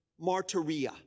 martyria